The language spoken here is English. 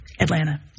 Atlanta